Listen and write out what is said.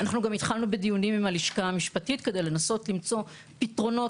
אנחנו גם התחלנו בדיונים עם הלשכה המשפטית כדי לנסות למצוא פתרונות,